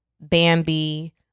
Bambi